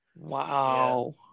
Wow